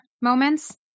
moments